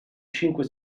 cinque